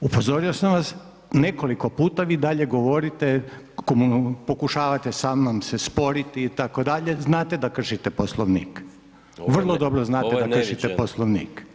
Upozorio sam vas nekoliko puta vi i dalje govorite, pokušavate samnom se sporiti itd., znate da kršite Poslovnik, vrlo dobro znate da kršite Poslovnik.